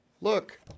look